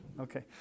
Okay